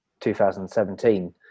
2017